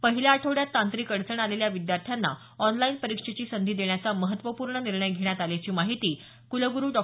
पहिल्या आठवड्यात तांत्रिक अडचण आलेल्या विद्यार्थ्यांना ऑनलाइन परीक्षेची संधी देण्याचा महत्त्वपूर्ण निर्णय घेण्यात आल्याची माहिती कुलगुरू डॉ